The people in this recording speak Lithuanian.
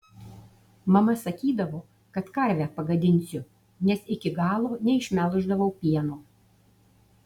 mama sakydavo kad karvę pagadinsiu nes iki galo neišmelždavau pieno